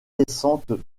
descentes